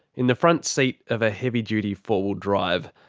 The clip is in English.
in the front seat of a heavy-duty four-wheel-drive,